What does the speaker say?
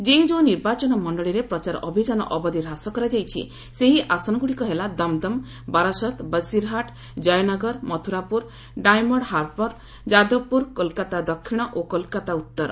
ଯେଉଁ ଯେଉଁ ନିର୍ବାଚନ ମଣ୍ଡଳୀରେ ପ୍ରଚାର ଅଭିଯାନ ଅବଧି ହ୍ରାସ କରାଯାଇଛି ସେହି ଆସନଗୁଡ଼ିକ ହେଲା ଦମଦମ୍ ବାରାସତ ବସିରହାଟ ଜୟନଗର ମଥୁରାପୁର ଡାଇମର୍ଡ ହାର୍ବର ଯାଦବପୁର କୋଲକାତା ଦକ୍ଷିଣ ଓ କୋଲକାତା ଉତ୍ତର